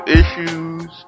issues